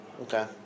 Okay